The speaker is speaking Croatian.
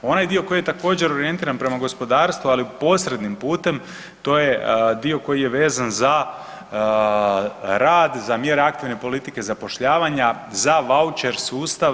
Onaj dio koji je također orijentiran prema gospodarstvu, ali posrednim putem to je dio koji je vezan za rad, za mjere aktivne politike zapošljavanja, za vaučer sustav.